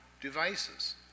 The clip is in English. devices